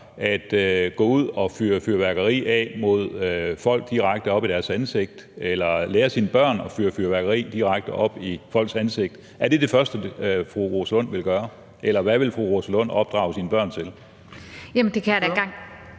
at gå ud og fyre fyrværkeri af mod folk, direkte op i deres ansigt, eller at lære sine børn at fyre fyrværkeri af direkte op i folks ansigter? Er det det første, fru Rosa Lund vil gøre, eller hvad vil fru Rosa Lund opdrage sine børn til? Kl. 11:18 Formanden